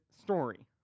story